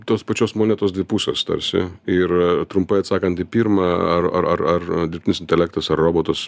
tos pačios monetos dvi pusės tarsi ir trumpai atsakant į pirmą ar ar ar dirbtinis intelektas ar robotas